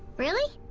really,